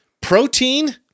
protein